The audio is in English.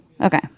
Okay